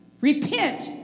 Repent